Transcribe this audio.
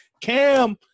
Cam